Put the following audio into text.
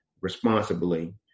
responsibly